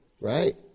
Right